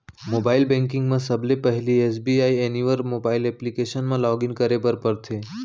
mobile banking म सबले पहिली एस.बी.आई एनिवर मोबाइल एप्लीकेसन म लॉगिन करे बर परथे